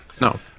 No